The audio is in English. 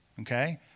okay